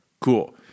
Cool